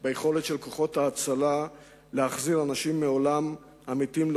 ביכולת של כוחות ההצלה להחזיר אנשים מעולם המתים.